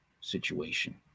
situation